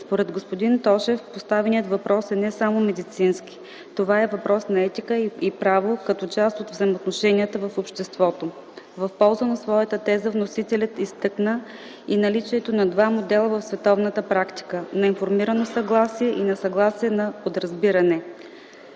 Според господин Тошев, поставеният въпрос е не само медицински – това е и въпрос на етика и право като част от взаимоотношенията в обществото. В полза на своята теза вносителят изтъкна и наличието на два модела в световната практика – на информирано съгласие и на съгласие по подразбиране.